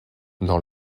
dans